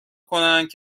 کنند